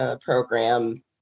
program